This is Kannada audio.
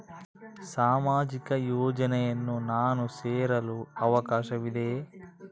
ಸಾಮಾಜಿಕ ಯೋಜನೆಯನ್ನು ನಾನು ಸೇರಲು ಅವಕಾಶವಿದೆಯಾ?